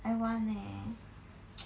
I want leh